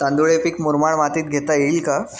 तांदूळ हे पीक मुरमाड मातीत घेता येईल का?